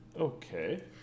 Okay